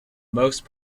most